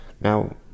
Now